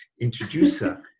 introducer